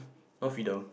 no freedom